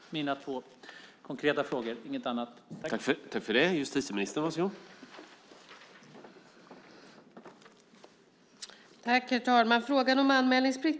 Det är de två konkreta frågor - ingenting annat - som jag ville ta upp.